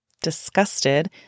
disgusted